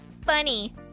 Funny